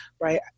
Right